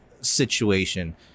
situation